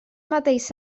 mateix